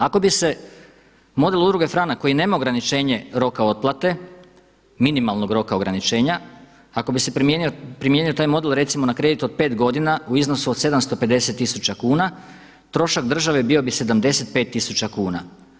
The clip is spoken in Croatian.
Ako bi se model Udruge Franak koji nema ograničenje roka otplate, minimalnog roka ograničenja, ako bi se primijenio taj model recimo na kredit od pet godina u iznosu od 750 tisuća kuna, trošak države bio bi 75 tisuća kuna.